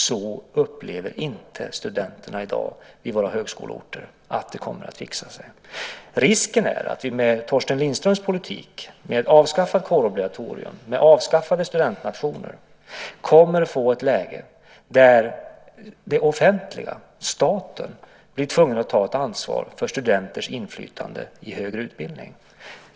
Så upplever inte studenterna det på våra högskoleorter i dag, att det kommer att fixa sig. Risken är att vi med Torsten Lindströms politik, med ett avskaffat kårobligatorium och avskaffade studentnationer, kommer att få ett läge där det offentliga, staten, tvingas ta ett ansvar för studenters inflytande i högre utbildning.